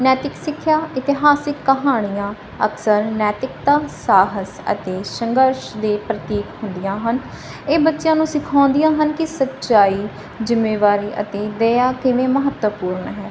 ਨੈਤਿਕ ਸਿੱਖਿਆ ਇਤਿਹਾਸਿਕ ਕਹਾਣੀਆਂ ਅਕਸਰ ਨੈਤਿਕਤਾ ਸਾਹਸ ਅਤੇ ਸੰਘਰਸ਼ ਦੇ ਪ੍ਰਤੀਕ ਹੁੰਦੀਆਂ ਹਨ ਇਹ ਬੱਚਿਆਂ ਨੂੰ ਸਿਖਾਉਂਦੀਆਂ ਹਨ ਕਿ ਸੱਚਾਈ ਜ਼ਿੰਮੇਵਾਰੀ ਅਤੇ ਦਇਆ ਕਿਵੇਂ ਮਹੱਤਵਪੂਰਨ ਹੈ